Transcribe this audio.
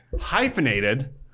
Hyphenated